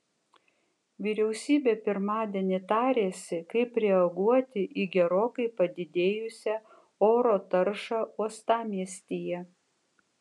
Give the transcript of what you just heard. vyriausybė pirmadienį tarėsi kaip reaguoti į gerokai padidėjusią oro taršą uostamiestyje